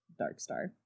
Darkstar